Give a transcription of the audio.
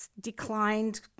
declined